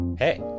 Hey